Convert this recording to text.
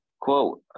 Quote